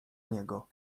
niego